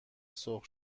سرخ